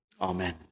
Amen